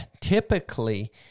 typically